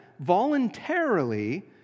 voluntarily